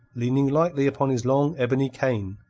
leaning lightly upon his long ebony cane,